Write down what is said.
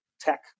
tech